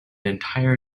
entire